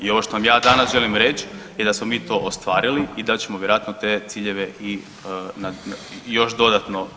I ovo što vam ja danas želim reći je da smo mi to ostvarili i da ćemo vjerojatno te ciljeve i još dodatno